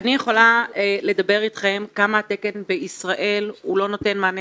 אני יכולה לדבר איתכם כמה התקן בישראל הוא לא נותן מענה